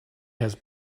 has